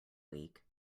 week